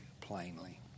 plainly